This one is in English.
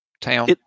town